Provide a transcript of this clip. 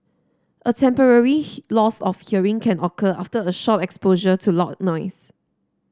a temporary loss of hearing can occur after a short exposure to loud noise